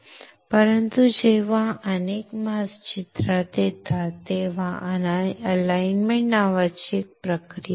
परंतु जेव्हा अनेक मास्क चित्रात येतात तेव्हा अलाइनमेट नावाची एक प्रक्रिया असते